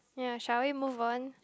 ya shall we move on